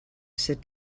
sit